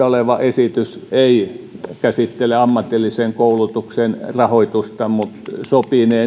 oleva esitys ei käsittele ammatillisen koulutuksen rahoitusta mutta sopinee